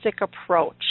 approach